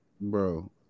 bro